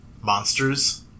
Monsters